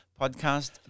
podcast